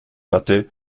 hatte